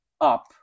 up